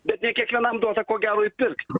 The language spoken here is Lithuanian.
bet ne kiekvienam duota ko gero įpirkt